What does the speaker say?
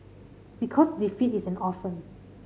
because defeat is an orphan